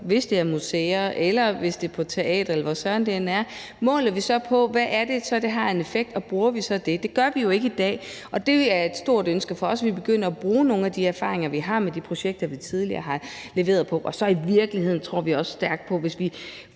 Om det er museer eller et teater, eller hvor søren det end er, måler vi så på, hvad det er for en effekt, det har, og bruger vi så det? Det gør vi jo ikke i dag, og det er et stort ønske for os, at vi begynder at bruge nogle af de erfaringer, vi har, med de projekter, vi tidligere har leveret på. Og så tror vi i virkeligheden også stærkt på, at hvis vi